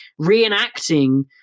reenacting